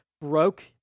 broke